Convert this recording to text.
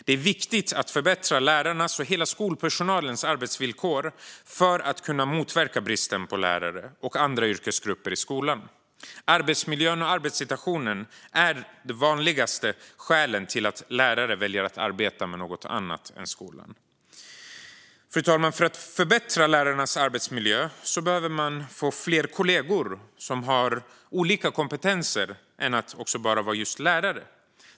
Det är viktigt att förbättra lärarnas och hela skolpersonalens arbetsvillkor för att kunna motverka bristen på lärare och andra yrkesgrupper i skolan. Arbetsmiljön och arbetssituationen är de vanligaste skälen till att lärare väljer att arbeta med något annat än skolan. Fru talman! För att lärarnas arbetsmiljö ska förbättras behöver de få fler kollegor som har andra kompetenser än att vara just lärare.